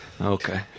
Okay